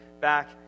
back